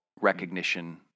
recognition